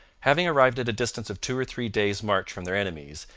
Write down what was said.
having arrived at a distance of two or three days' march from their enemies,